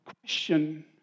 question